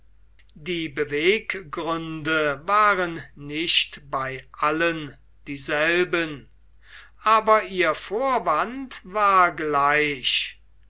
die beweggründe waren nicht bei allen dieselben aber ihr vorwand war gleich